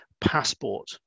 passport